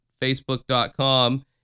facebook.com